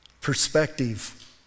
perspective